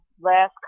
last